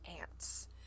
ants